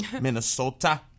Minnesota